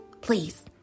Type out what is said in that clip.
please